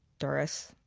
doris,